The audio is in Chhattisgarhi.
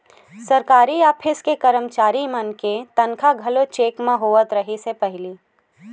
सरकारी ऑफिस के करमचारी मन के तनखा घलो चेक म होवत रिहिस हे पहिली